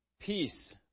Peace